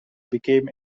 became